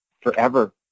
forever